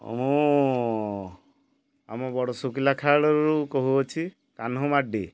ମୁଁ ଆମ ବଡ଼ ଶୁଖିଲା ଖେଳରୁ କହୁଅଛି କାନ୍ହମାଡି